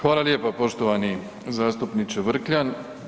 Hvala lijepa, poštovani zastupniče Vrkljan.